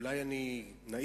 אולי אני נאיבי,